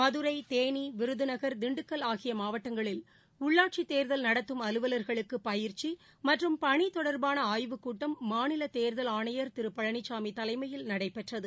மதுரை தேனி விருதுநகர் திண்டுக்கல் ஆகிய மாவட்டங்களில் உள்ளாட்சித் தேர்தல் நடத்தும் அலுவலர்களுக்கு பயிற்சி மற்றும் பணி தொடர்பான ஆய்வுக்கூட்டம் மாநில தேர்தல் ஆணையர் திரு பழனிசாமி தலைமையில் நடைபெற்றது